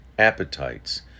Appetites